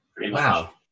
Wow